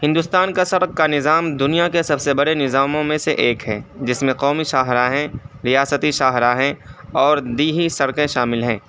ہندوستان کا سڑک کا نظام دنیا کے سب سے بڑے نظاموں میں سے ایک ہے جس میں قومی شاہ راہیں ریاستی شاہ راہیں اور دیہی سڑکیں شامل ہیں